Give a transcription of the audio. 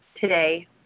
today